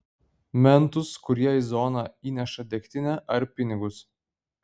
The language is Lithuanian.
mentus kurie į zoną įneša degtinę ar pinigus